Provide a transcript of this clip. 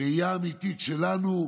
ראייה אמיתית שלנו,